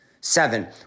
Seven